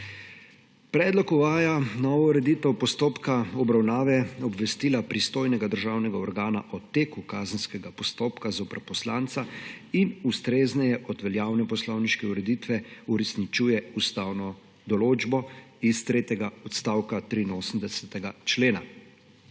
Predlog uvaja novo ureditev postopka obravnave obvestila pristojnega državnega organa o teku kazenskega postopka zoper poslanca in ustrezneje od veljavne poslovniške ureditve uresničuje ustavno določbo iz tretjega odstavka 83. člena.